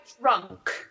drunk